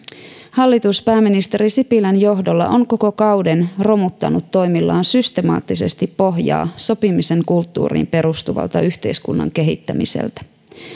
hallitus pääministeri sipilän johdolla on koko kauden romuttanut toimillaan systemaattisesti pohjaa sopimisen kulttuuriin perustuvalta yhteiskunnan kehittämiseltä